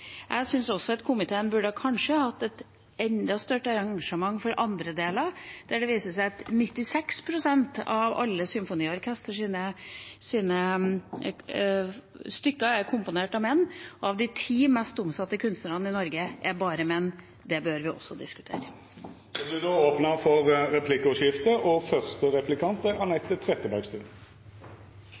Jeg syns at komiteen kanskje burde hatt et enda større engasjement for andre deler av kulturen når det viser seg at 96 pst. av alle stykkene til symfoniorkester er komponert av menn, og at de ti mest omsatte kunstnerne i Norge er menn. Det bør vi også diskutere. Det vert replikkordskifte. At det står dårlig til i symfoniorkestrene, er